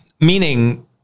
Meaning